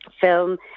film